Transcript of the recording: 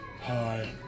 Hi